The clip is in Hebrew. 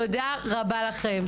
תודה רבה לכם.